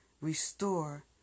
restore